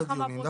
הייתי בדיונים.